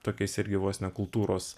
tokiais irgi vos ne kultūros